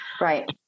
Right